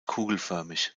kugelförmig